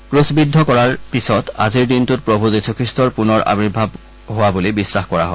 ক্ৰুছবিদ্ধ কৰাৰ পিছত আজিৰ দিনটোত প্ৰভৃ যীশুখ্ৰীট্টৰ পূনৰ আৱিৰ্ভাৰ হোৱা বুলি বিশ্বাস কৰা হয়